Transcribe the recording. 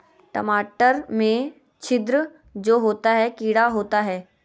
टमाटर में छिद्र जो होता है किडा होता है?